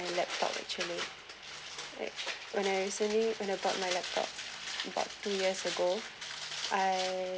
the laptop actually when I recently when about my laptop about two years ago I